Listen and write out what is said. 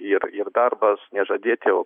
ir ir darbas nežadėti o